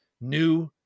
new